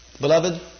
Beloved